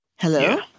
Hello